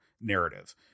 narrative